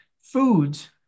foods